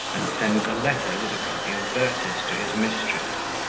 and sends a letter with a copy of verses to his mistress.